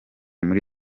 muri